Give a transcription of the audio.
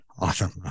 awesome